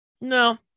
no